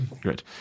great